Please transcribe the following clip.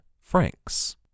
francs